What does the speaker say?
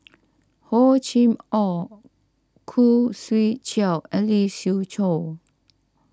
Hor Chim or Khoo Swee Chiow and Lee Siew Choh